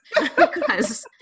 because-